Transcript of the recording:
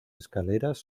escaleras